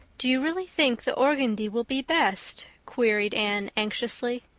do you really think the organdy will be best? queried anne anxiously.